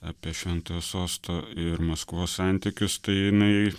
apie šventojo sosto ir maskvos santykius tai jinai